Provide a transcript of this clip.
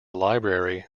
library